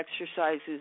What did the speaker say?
exercises